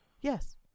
yes